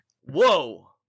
Whoa